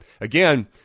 again